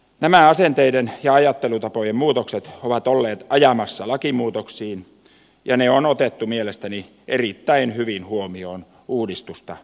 nämä asenteiden ja ajattelutapojen muutokset ovat olleet ajamassa lakimuutoksiin ja ne on otettu mielestäni erittäin hyvin huomioon uudistusta mietittäessä